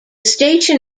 station